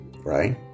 right